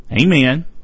Amen